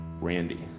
Randy